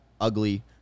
ugly